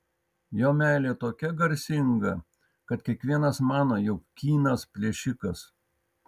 jo meilė tokia garsinga kad kiekvienas mano jog kynas plėšikas